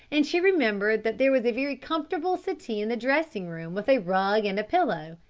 and she remembered that there was a very comfortable settee in the dressing-room with a rug and a pillow,